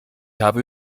habe